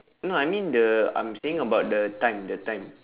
no I mean the I'm saying about the time the time